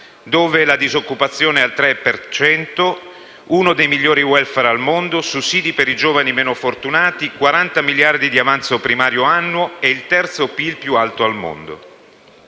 cento, in cui ci sono uno dei migliori *welfare* al mondo, sussidi per i giovani meno fortunati, 40 miliardi di avanzo primario annuo e il terzo PIL più alto al mondo.